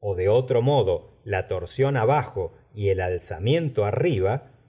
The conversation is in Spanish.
ó de otro modo la torsión abajo y el alzamiento arriba